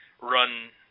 run